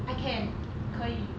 I can 可以